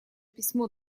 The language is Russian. письмо